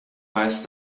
weiß